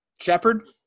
Shepard